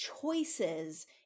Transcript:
choices